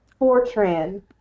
Fortran